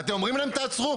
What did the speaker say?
אתם אומרים להם תעצרו.